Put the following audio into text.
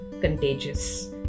contagious